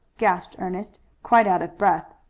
gasped ernest, quite out of breath.